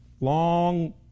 long